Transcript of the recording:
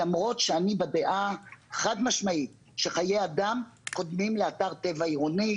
למרות שאני בדעה חד משמעית שחיי אדם קודמים לאתר טבע עירוני,